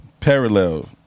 parallel